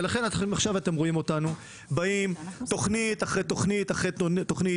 ולכן עכשיו אתם רואים אותנו באים עם תוכנית אחרי תוכנית אחרי תוכנית,